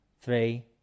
Three